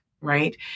right